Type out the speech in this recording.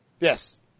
Yes